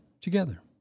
together